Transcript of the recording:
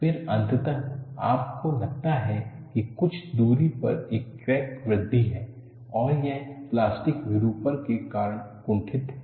फिर अंततः आपको लगता है कि कुछ दूरी पर एक क्रैक वृद्धि है और यह प्लास्टिक विरूपण के कारण कुंठित है